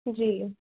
जी